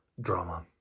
drama